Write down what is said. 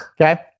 Okay